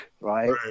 right